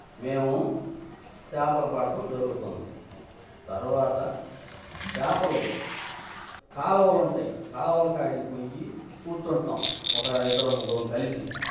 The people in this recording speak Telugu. మేము చాపలు పట్టడం జరుగుతుంది తర్వాత చాపలు కాలువలుంటాయి కాలువలు కాడికి పొయ్యి కూర్చుంటాం ఒక ఇద్దరం ముగ్గురం కలిసి